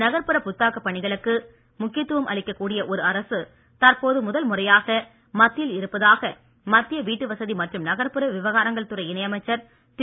நகர்ப்புற புத்தாக்க பணிகளுக்கு முக்கியத்துவம் அளிக்கக் கூடிய ஒரு அரசு தற்போது முதல்முறையாக மத்தியில் இருப்பதாக மத்திய வீட்டு வசதி மற்றும் நகர்ப்புற விவகாரங்கள் துறை இணை அமைச்சர் திரு